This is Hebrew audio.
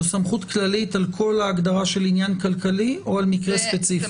זו סמכות כללית על כל ההגדרה של עניין כלכלי או על מקרה ספציפי?